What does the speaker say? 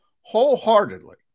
wholeheartedly